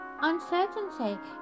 uncertainty